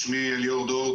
שמי אליאור דור,